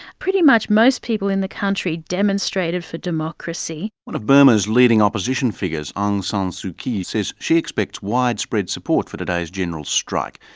pretty much most people in the country demonstrated for democracy. one of burma's leading opposition figures aung san suu kyi says she expects widespread support for today's general strike.